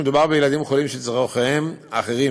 אולם ככל שמדובר בילדים חולים שצורכיהם אחרים,